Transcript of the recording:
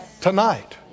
tonight